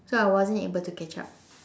so I wasn't able to catch up